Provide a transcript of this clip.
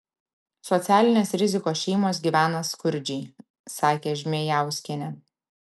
socialinės rizikos šeimos gyvena skurdžiai sakė žmėjauskienė